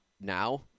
now